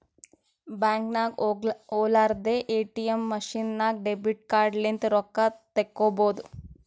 ಬ್ಯಾಂಕ್ಗ ಹೊಲಾರ್ದೆ ATM machine ನಾಗ್ ಡೆಬಿಟ್ ಕಾರ್ಡ್ ಲಿಂತ್ ರೊಕ್ಕಾ ತೇಕೊಬೋದ್